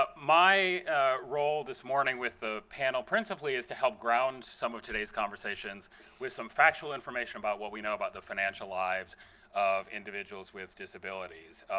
but my role this morning with the panel presently is to help ground some of today's conversations with some factual information about what we know about the financial lives of individuals with disabilities.